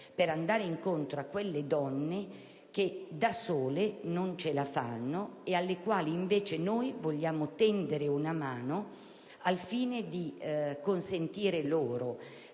per andare incontro a quelle donne che da sole non ce la fanno e alle quali noi vogliamo tendere una mano per consentire loro